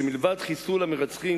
שמלבד חיסול המרצחים,